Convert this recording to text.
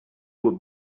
will